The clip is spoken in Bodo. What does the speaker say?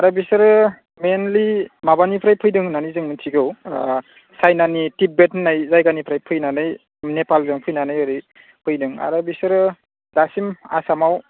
आरो बेसोरो मेइनलि माबानिफ्राय फैदों होन्नानै जों मिथिगौ चाइनानि टिब्बेट होननाय जायगानिफ्राय फैनानै नेपालजों फैनानै ओरै फैदों आरो बिसोरो दासिम आसामाव